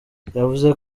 yavuze